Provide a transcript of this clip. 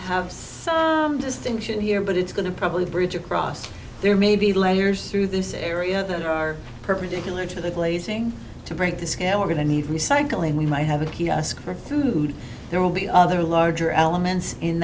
have some distinction here but it's going to probably bridge across there maybe layers through this area than are perpendicular to the glazing to break the scale we're going to need recycling we might have a kiosk or food there will be other larger elements in